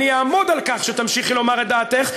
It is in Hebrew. אני אעמוד על כך שתמשיכי לומר את דעתך,